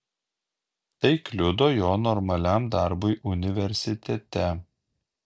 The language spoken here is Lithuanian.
tai kliudo jo normaliam darbui universitete